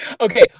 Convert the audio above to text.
Okay